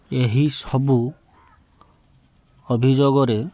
ଏହି ସବୁ ଅଭିଯୋଗରେ